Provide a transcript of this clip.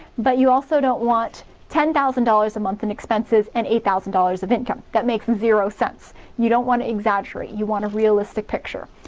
but you also don't want ten thousand dollars a month in expenses and eight thousand dollars of income that makes zero sense you don't wanna exaggerate you want a realistic picture.